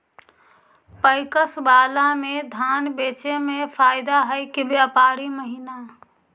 PACS बाला में धान बेचे मे फायदा है कि व्यापारी महिना?